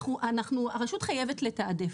הרשות חייבת לתעדף.